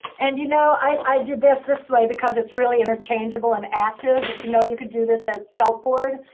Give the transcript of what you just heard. and you know, i did this this way because it's really interchangeable and active, but you know, you could do this at felt board.